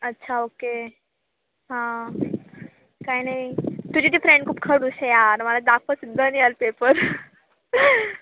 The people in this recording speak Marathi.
अच्छा ओके हां काय नाही तुझी ती फ्रेंड खूप खडूस आहे यार मला दाखवतसुद्धा नाही यार पेपर